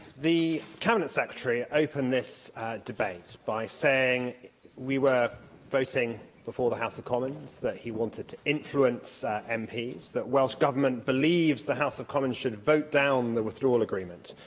the cabinet secretary opened this debate by saying we were voting before the house of commons, that he wanted to influence and mps, that welsh government believes the house of commons should vote down the withdrawal agreement,